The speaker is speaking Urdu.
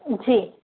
جی